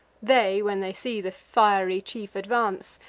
they, when they see the fiery chief advance,